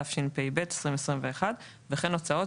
התשפ"ב-2021 וכן הוצאות